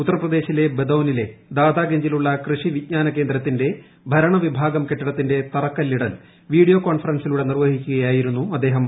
ഉത്തർപ്രദേശിലെ ബദൌനിലെ ദാതാഗഞ്ചിലുള്ള കൃഷി വിജ്ഞാന കേന്ദ്രത്തിന്റെ ഭരണവിഭാഗം കെട്ടിടത്തിന്റെ തറക്കല്ലിടൽ വീഡിയോ കോൺഫറൻസിലൂടെ നിർവഹിക്കുകയായിരുന്നു അദ്ദേഹം